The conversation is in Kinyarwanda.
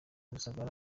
rusagara